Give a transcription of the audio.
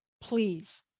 please